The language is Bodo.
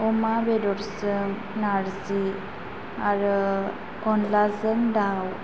अमा बेदरजों नारजि आरो अनलाजों दाव